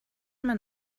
man